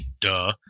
duh